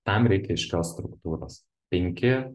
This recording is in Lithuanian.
tam reikia aiškios struktūros penki